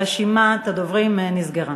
רשימת הדוברים נסגרה.